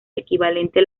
equivalente